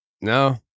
No